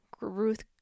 Ruth